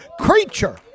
creature